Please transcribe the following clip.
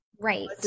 Right